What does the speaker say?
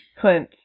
Clint